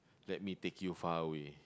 let me take you far away